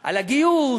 על הגיוס,